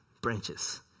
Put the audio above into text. Branches